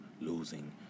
losing